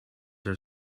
are